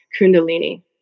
kundalini